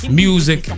music